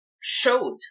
showed